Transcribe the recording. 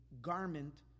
garment